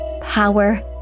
power